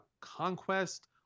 conquest